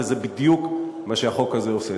וזה בדיוק מה שהחוק הזה עושה.